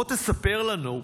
בוא תספר לנו,